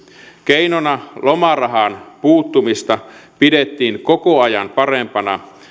keinona lomarahaan puuttumista pidettiin koko ajan parempana